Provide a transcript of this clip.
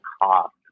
cost